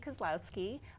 Kozlowski